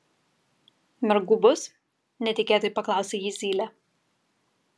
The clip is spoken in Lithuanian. mergų bus netikėtai paklausė jį zylė